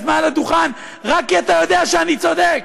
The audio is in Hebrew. מעל הדוכן רק כי אתה יודע שאני צודק,